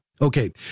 Okay